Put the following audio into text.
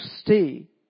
stay